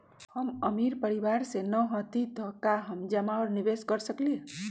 हम अमीर परिवार से न हती त का हम जमा और निवेस कर सकली ह?